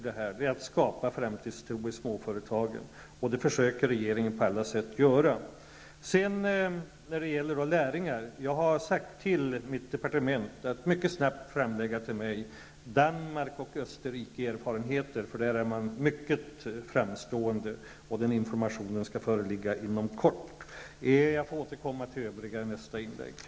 Det gäller att skapa en framtidstro inom småföretagen, och det är vad regeringen på alla sätt försöker göra. Jag har sagt till berörda personer i mitt departement att snabbt ta fram erfarenheter från Danmark och Österrike om de lärlingssystem man har där. I dessa länder är man mycket framstående på detta område. Informationen i fråga skall föreligga inom kort. Till övriga debattörer ber jag att få återkomma i nästa inlägg.